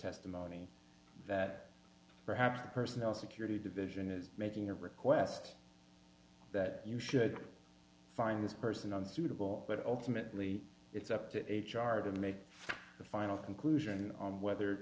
testimony that perhaps the personnel security division is making a request that you should find this person unsuitable but ultimately it's up to a chart of make the final conclusion on whether